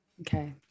Okay